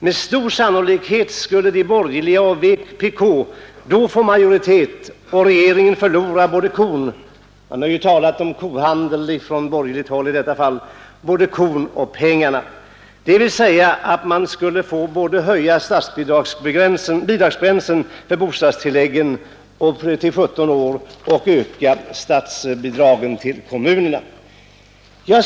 Med stor sannolikhet skulle de borgerliga och vpk då få majoritet och regeringen förlora både kon — det har i detta fall talats om kohandel från borgerligt håll — och pengarna. Det vill säga att både få höja bidragsgränsen för bostadstilläggen till 17 år och öka statsbidraget till kommunerna.